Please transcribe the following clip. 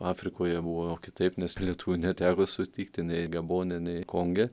afrikoje buvo kitaip nes lietuvių neteko sutikti nei gabone nei konge